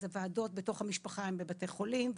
אז הוועדות בתוך המשפחה הן בבתי חולים,